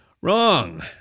Wrong